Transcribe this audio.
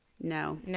No